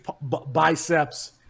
biceps